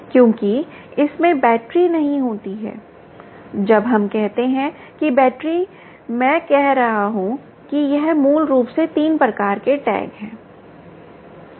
क्योंकि इसमें बैटरी नहीं होती है जब हम कहते हैं कि बैटरी मैं कह रहा हूं कि यह मूल रूप से 3 प्रकार के टैग हैं सही